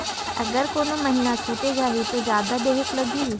अगर कोनो महीना छुटे जाही तो जादा देहेक लगही?